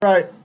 right